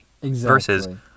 versus